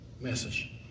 message